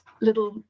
little